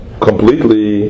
completely